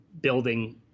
building